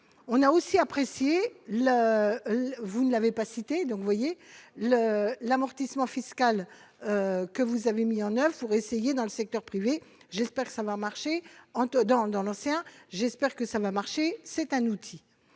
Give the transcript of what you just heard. on a aussi apprécié la vous ne l'avez pas cité, donc vous voyez le l'amortissement fiscal que vous avez mis en oeuvre pour essayer dans le secteur privé, j'espère que ça va marcher en dans dans l'océan, j'espère que ça va marcher, c'est un outil,